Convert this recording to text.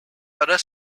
other